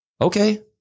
Okay